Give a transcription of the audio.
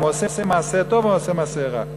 אם הוא עושה מעשה טוב או עושה מעשה רע.